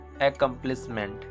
accomplishment